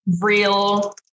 real